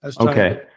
Okay